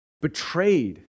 betrayed